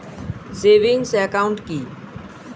Savings account কি?